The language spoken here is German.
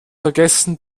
vergessen